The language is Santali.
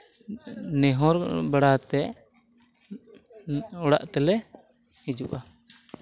ᱱᱮᱦᱚᱨ ᱵᱟᱲᱟ ᱠᱟᱛᱮᱫ ᱚᱲᱟᱜ ᱛᱮᱞᱮ ᱦᱤᱡᱩᱜᱼᱟ